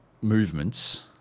movements